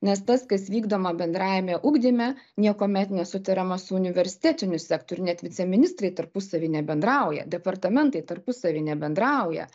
nes tas kas vykdoma bendrajame ugdyme niekuomet nesutariama su universitetiniu sektoriu net viceministrai tarpusavy nebendrauja departamentai tarpusavy nebendrauja